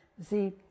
See